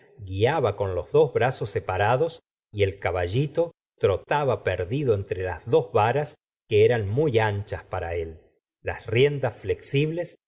guiaba con los dos brazos separados y el caballito trotaba perdido entre las dos varas que eran muy anchas para las riendas flexibles